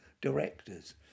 directors